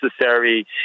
necessary